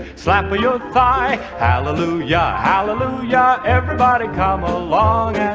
slap your thigh hallelujah. yeah hallelujah. yeah everybody come along